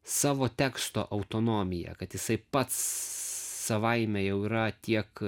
savo teksto autonomija kad jisai pats savaime jau yra tiek